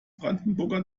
brandenburger